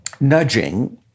nudging